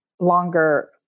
longer